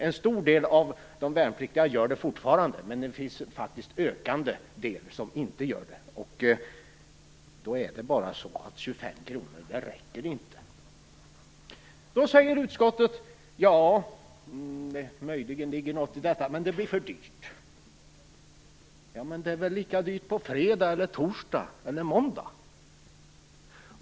En stor del av de värnpliktiga gör det fortfarande, men en ökande del gör det faktiskt inte, och då räcker inte 25 kr. Utskottet säger då att det möjligen ligger något i detta men att det blir för dyrt. Ja, men det är väl lika dyrt på fredagar, torsdagar eller måndagar?